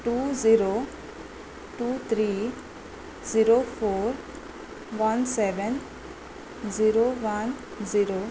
two zero two three zero four one seven zero one zero